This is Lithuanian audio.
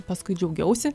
paskui džiaugiausi